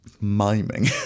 miming